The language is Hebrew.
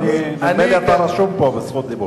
נדמה לי שאתה רשום פה בזכות דיבור.